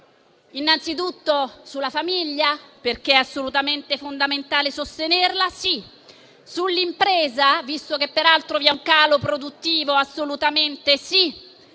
innanzitutto sulla famiglia, perché è assolutamente fondamentale sostenerla, sull'impresa, visto che peraltro ha un calo produttivo, assolutamente sì,